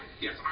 Yes